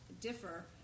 differ